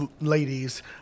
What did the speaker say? ladies